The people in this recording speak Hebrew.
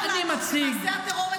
אתה לא חייב לענות,